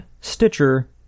Stitcher